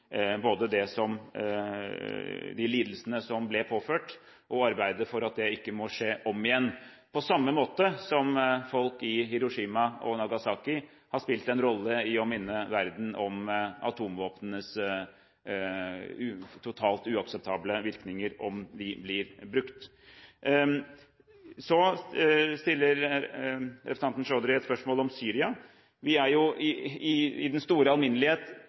igjen, på samme måte som folk i Hiroshima og Nagasaki har spilt en rolle i å minne verden om atomvåpnenes totalt uakseptable virkninger om de blir brukt. Så stiller representanten Chaudhry et spørsmål om Syria. Vi er i den store alminnelighet dypt bekymret for hele bildet i